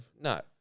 no